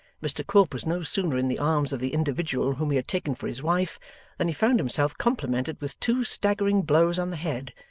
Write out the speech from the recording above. mr quilp was no sooner in the arms of the individual whom he had taken for his wife than he found himself complimented with two staggering blows on the head,